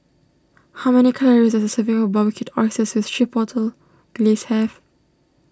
how many calories does a serving of Barbecued Oysters with Chipotle Glaze have